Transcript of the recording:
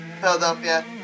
Philadelphia